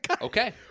Okay